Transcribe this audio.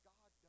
God